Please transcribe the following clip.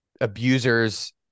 abusers